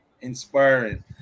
Inspiring